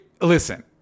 listen